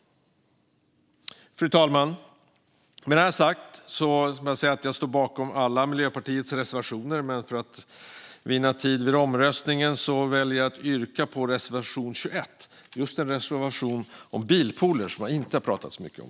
Fru talman! Med det här sagt står jag bakom Miljöpartiets alla reservationer, men för att vinna tid vid omröstningen väljer jag att yrka bifall endast till reservation 21 om bilpooler, som jag inte har pratat så mycket om.